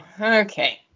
okay